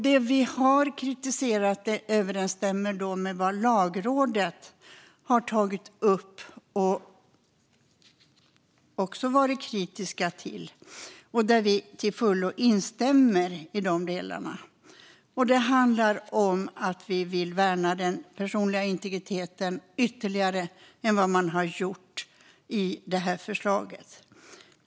Det vi har kritiserat överensstämmer med vad Lagrådet har tagit upp och varit kritiska till. Vi instämmer till fullo i de delarna. Det handlar om att vi vill värna den personliga integriteten utöver vad som görs i förslaget.